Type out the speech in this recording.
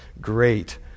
great